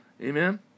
Amen